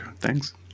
Thanks